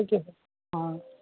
okay sir ah